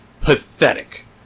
Pathetic